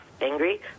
angry